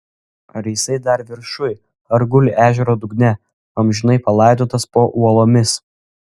ar jisai dar viršuj ar guli ežero dugne amžinai palaidotas po uolomis